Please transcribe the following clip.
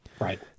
Right